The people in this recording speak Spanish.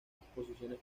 exposiciones